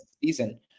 season